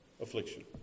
affliction